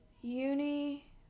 uni